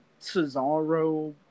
Cesaro